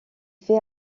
fait